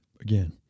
Again